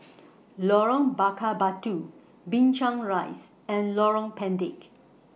Lorong Bakar Batu Binchang Rise and Lorong Pendek